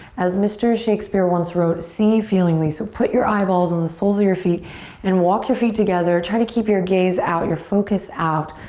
as mr. shakespeare once wrote, see feelingly. so put your eyeballs in the soles of your feet and walk your feet together. try to keep your gaze out, your focus out.